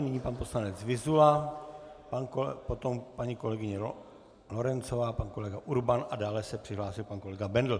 Nyní pan poslanec Vyzula, potom paní kolegyně Lorencová, pan kolega Urban a dále se přihlásil pan kolega Bendl.